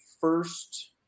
first –